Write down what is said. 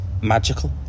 magical